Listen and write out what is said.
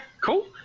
cool